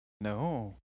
No